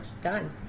Done